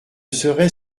serait